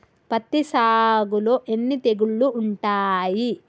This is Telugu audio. పత్తి సాగులో ఎన్ని తెగుళ్లు ఉంటాయి?